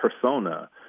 persona